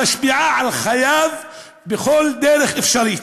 המשפיעה על חייו בכל דרך אפשרית.